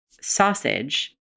sausage